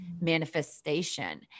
manifestation